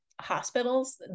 Hospitals